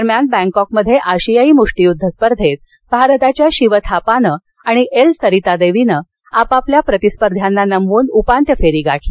दरम्यान बँकॉकमध्ये आशियाई मुष्टियुद्ध स्पर्धेत भारताच्या शिव थापानं आणि एल सरिता देवीनं आपापल्या प्रतिस्पर्धींना नमवून उपांत्य फेरी गाठली